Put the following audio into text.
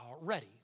ready